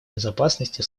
безопасности